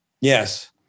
Yes